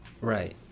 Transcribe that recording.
Right